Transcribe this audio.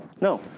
No